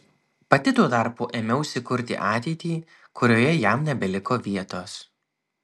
pati tuo tarpu ėmiausi kurti ateitį kurioje jam nebeliko vietos